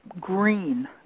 green